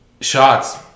shots